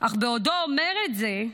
אך בעודו אומר את זה,